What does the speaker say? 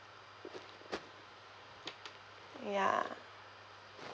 ya